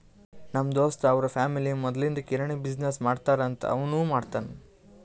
ನಮ್ ದೋಸ್ತ್ ಅವ್ರ ಫ್ಯಾಮಿಲಿ ಮದ್ಲಿಂದ್ ಕಿರಾಣಿ ಬಿಸಿನ್ನೆಸ್ ಮಾಡ್ತಾರ್ ಅಂತ್ ಅವನೂ ಮಾಡ್ತಾನ್